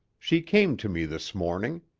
she came to me this morning.